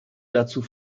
dazu